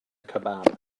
kebab